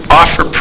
offer